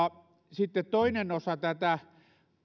sitten toinen osa tätä